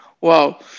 Wow